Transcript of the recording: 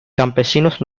campesinos